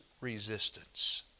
resistance